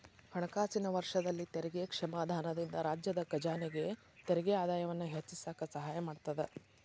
ಹಣಕಾಸಿನ ವರ್ಷದಲ್ಲಿ ತೆರಿಗೆ ಕ್ಷಮಾದಾನದಿಂದ ರಾಜ್ಯದ ಖಜಾನೆಗೆ ತೆರಿಗೆ ಆದಾಯವನ್ನ ಹೆಚ್ಚಿಸಕ ಸಹಾಯ ಮಾಡತದ